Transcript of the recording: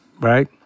Right